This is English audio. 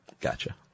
Gotcha